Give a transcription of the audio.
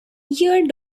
your